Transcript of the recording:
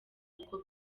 uko